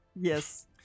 Yes